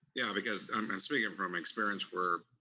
yeah, because, i'm ah speaking and from experience where,